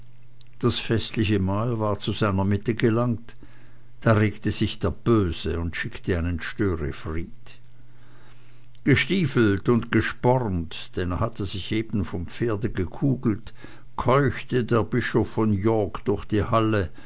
das festliche mahl war zu seiner mitte gelangt da regte sich der böse und schickte einen störenfried gestiefelt und gespornt denn er hatte sich eben vom pferde gekugelt keuchte der bischof von york durch die halle